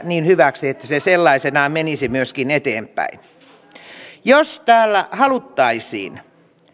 niin hyväksi että se sellaisenaan menisi myöskin eteenpäin jos täällä haluttaisiin